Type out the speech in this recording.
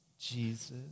Jesus